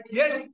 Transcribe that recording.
yes